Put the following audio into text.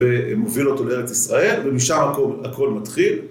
ומוביל אותו לארץ ישראל, ומשם הכול, הכול מתחיל.